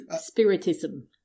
spiritism